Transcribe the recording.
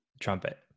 trumpet